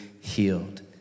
healed